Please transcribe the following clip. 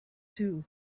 too